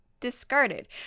discarded